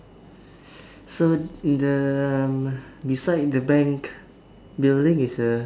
so the um beside the bank building is a